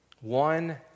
one